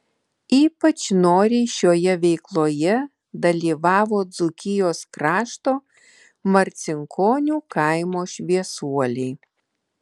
ypač noriai šioje veikloje dalyvavo dzūkijos krašto marcinkonių kaimo šviesuoliai